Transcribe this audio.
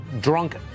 drunk